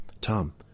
Tom